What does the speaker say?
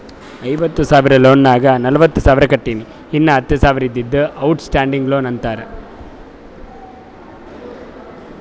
ಐವತ್ತ ಸಾವಿರ ಲೋನ್ ನಾಗ್ ನಲ್ವತ್ತ ಸಾವಿರ ಕಟ್ಟಿನಿ ಇನ್ನಾ ಹತ್ತ ಸಾವಿರ ಇದ್ದಿದ್ದು ಔಟ್ ಸ್ಟ್ಯಾಂಡಿಂಗ್ ಲೋನ್ ಅಂತಾರ